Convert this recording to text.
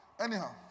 Anyhow